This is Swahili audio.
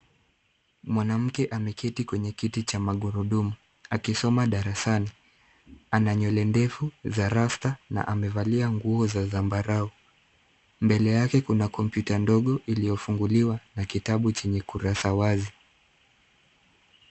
Mwanamke ameketi kwenye kiti cha magurudumu, akisoma darasani. Ana nywele ndefu za rasta na amevalia nguo za zambarau. Mbele yake kuna kompyuta ndogo iliyofunguliwa na kitabu chenye kurasa wazi.